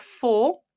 four